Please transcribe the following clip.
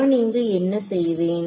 நான் இங்கு என்ன செய்வேன்